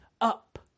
up